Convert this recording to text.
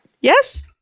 Yes